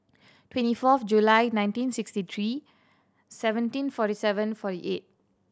twenty fourth July nineteen sixty three seventeen forty seven forty eight